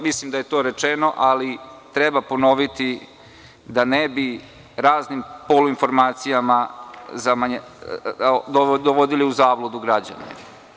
Mislim da je to rečeno, ali treba ponoviti da ne bi raznim poluinformacijama dovodili u zabludu građane.